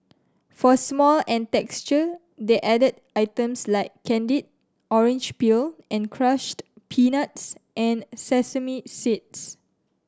for smell and texture they added items like candied orange peel and crushed peanuts and sesame seeds